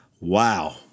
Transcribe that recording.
Wow